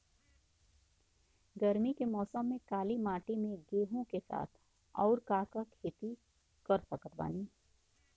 गरमी के मौसम में काली माटी में गेहूँ के साथ और का के खेती कर सकत बानी?